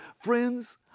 Friends